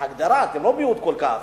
בהגדרה, אתם לא מיעוט כל כך.